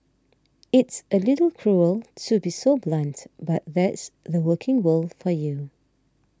it's a little cruel to be so blunt but that's the working world for you